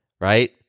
Right